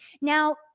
Now